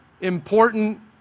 important